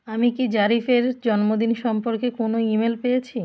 আমি কি জারিফের জন্মদিন সম্পর্কে কোনো ইমেল পেয়েছি